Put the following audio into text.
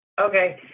Okay